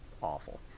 awful